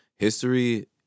History